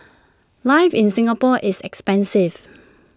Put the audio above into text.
life in Singapore is expensive